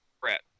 Brett